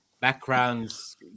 backgrounds